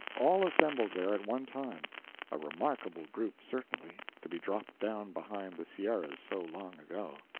all assembled there at one time a remarkable group, certainly, to be dropped down behind the sierras so long ago.